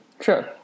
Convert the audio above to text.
Sure